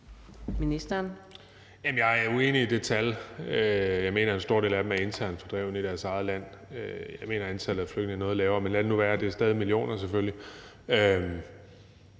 jeg er uenig i det tal. Jeg mener, at en stor del af dem er internt fordrevne i deres eget land. Jeg mener, at antallet af flygtninge er noget lavere. Men lad det nu være; det er selvfølgelig